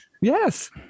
Yes